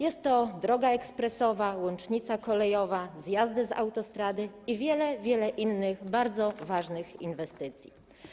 Jest to droga ekspresowa, łącznica kolejowa, zjazdy z autostrady i wiele, wiele innych bardzo ważnych inwestycji.